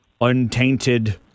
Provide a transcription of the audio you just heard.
untainted